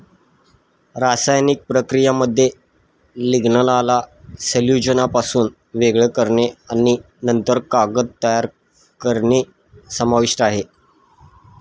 रासायनिक प्रक्रियेमध्ये लिग्निनला सेल्युलोजपासून वेगळे करणे आणि नंतर कागद तयार करणे समाविष्ट आहे